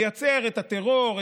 לייצר את הטרור,